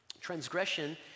Transgression